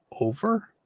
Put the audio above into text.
over